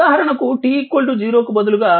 ఉదాహరణకు t 0 కు బదులుగా